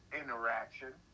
interaction